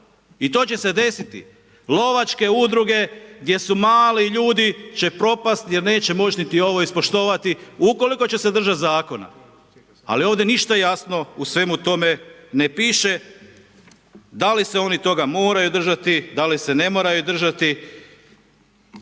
I to će se desiti. Lovačke udruge, gdje su mali ljudi će propasti jer neće moći niti ovo ispoštovati ukoliko će se držati zakona. Ali, ovdje ništa jasno u svemu tome ne piše, da li se oni toga moraju držati, da li se ne moraju držati.